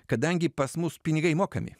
kadangi pas mus pinigai mokami